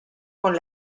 con